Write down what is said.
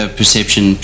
perception